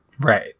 Right